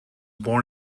born